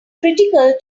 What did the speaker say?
critical